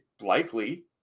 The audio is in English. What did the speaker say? likely